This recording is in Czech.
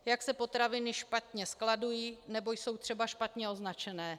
Jak se potraviny špatně skladují, nebo jsou třeba špatně označené.